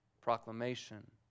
proclamation